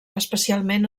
especialment